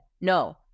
no